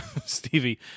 Stevie